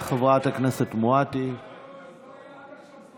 אין בעיה להתמודד עם המציאות, אבל אל תשקרו.